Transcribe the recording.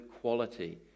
quality